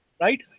right